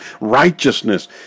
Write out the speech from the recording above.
righteousness